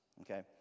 Okay